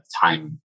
time